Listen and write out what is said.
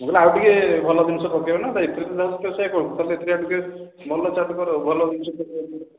ମୁଁ କହିଲି ଆଉ ଟିକେ ଭଲ ଜିନିଷ ପକେଇବେ ନା ଭଲ ଚାଟ୍ କର ଭଲ ଜିନିଷ